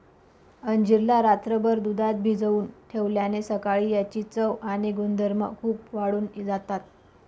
अंजीर ला रात्रभर दुधात भिजवून ठेवल्याने सकाळी याची चव आणि गुणधर्म खूप वाढून जातात